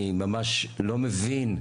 אני ממש לא מבין,